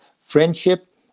friendship